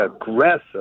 aggressive